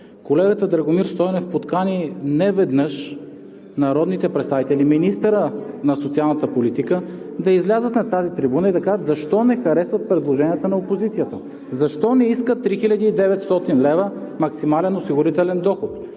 Колегата Драгомир Стойнев подкани неведнъж народните представители и министъра на социалната политика да излязат на тази трибуна и да кажат защо не харесват предложенията на опозицията, защо не искат 3900 лв. максимален осигурителен доход,